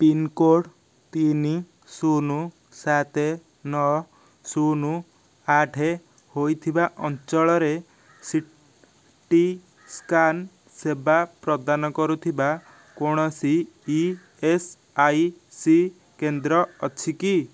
pincode ତିନି ଶୂନ ସାତ ନଅ ଶୂନ ଆଠ ହୋଇଥିବା ଅଞ୍ଚଳରେ ସି ଟି ସ୍କାନ୍ ସେବା ପ୍ରଦାନ କରୁଥିବା କୌଣସି ଇ ଏସ୍ ଆଇ ସି କେନ୍ଦ୍ର ଅଛି କି